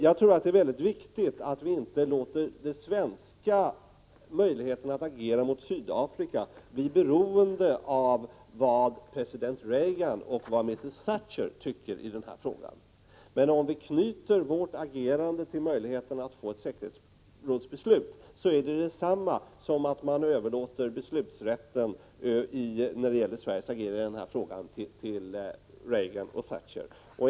Jag tror att det är mycket viktigt att vi inte låter de svenska möjligheterna att agera mot Sydafrika bli beroende av vad president Reagan och Mrs Thatcher tycker i den här frågan. Men om vi knyter vårt agerande till möjligheterna att få ett säkerhetsrådsbeslut, är detta detsamma som att överlåta beslutsrätten när det gäller Sveriges agerande i denna fråga till Reagan och Thatcher.